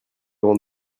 avant